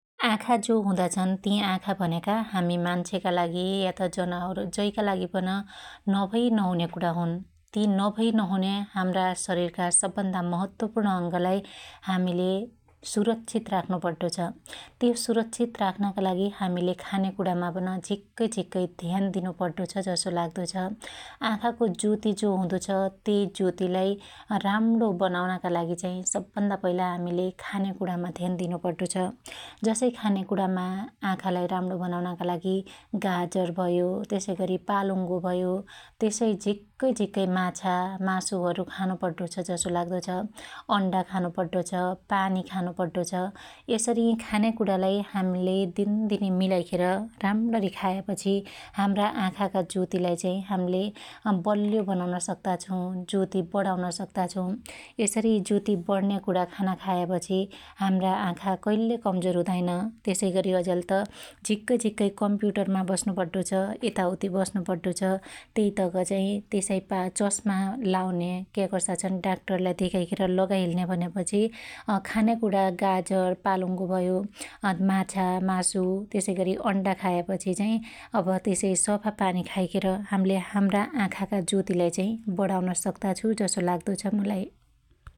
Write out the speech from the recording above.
आँखा जो हुदा छन् ति आँखा भन्याका हामि मान्छेका लागि या त जनावर जैका लागि पन नभई नहुन्या कुणा हुन । ति नभइ नहुन्या हाम्रा शरिरका सबभन्दा महत्वपुर्ण अंगलाई हामिले सुरक्षीत राख्नु पड्डो छ । ति सुरक्षीत राख्नका लागि हामिले खान्याकुणामा पन झिक्कै झीक्कै ध्यान दिनु पड्डो छ जसो मुलाई लाग्दो छ । आँखाको ज्वती जो हुदो छ त्यइ ज्वतीलाइ राम्रो बनाउनका लागि चाहि सब भन्दा पहिला हामिले खानेकुणामा ध्यान दिनु पड्डो छ । जसै खानेकुणामा आँखालाई राम्णो बनाउनका लगि गाजर भयो, त्यसैगरी पालुड्गो भयो, त्यसै झिक्कै झिक्कै माछा, मासुहरु खाने, अण्डा खानु पड्डो छ, पानी खानु पड्डो छ । यसरी खान्या कुणालाई हाम्ले दिनदिनै मिलाईखेर राम्ण्णी खायापछी हाम्रा आखाका ज्वती लाई चाहि हाम्ले बल्यो बनाउन सक्ता छौ । ज्वती बढाउन सक्ता छौ । यसरी ज्वती बढ्न्या कुणा खाना खायापछि हाम्रा आँखा कहिल्यै कमजोर हुदाईन । त्यसैगरी अज्याल त झीक्कै झिक्कै कम्प्युटरमा बस्नु पड्डो छ यताउति बस्नु पड्डो छ । तेयइतक चाहि त्यसलाई चस्मा लाउन्या क्या कसा छन् डाक्टरलाई धेकाइखेर लगाइहेल्न्या भन्यापछि अखान्याकुणा गाजर पालंगो भयो अमाछा मासु त्यसैगरी अण्डा खाया पछि चाहि अब त्यसै सफा पानी खाइखेर हाम्ले हाम्रा आँखाका ज्वतीलाई चाहि बढाउन सक्त्ता छौ जसो लाग्दो छ मुलाई ।